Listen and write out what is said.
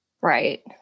right